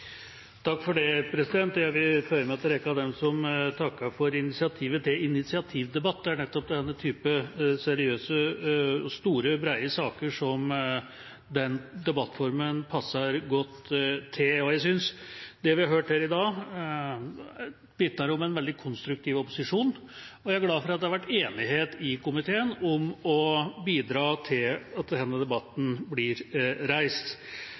Jeg vil føye meg inn i rekken av dem som takker for initiativet til initiativdebatt. Det er nettopp denne typen seriøse, store, brede saker som den debattformen passer godt til. Jeg synes det vi har hørt her i dag, vitner om en veldig konstruktiv opposisjon, og jeg er glad for at det har vært enighet i komiteen om å bidra til at denne debatten blir reist.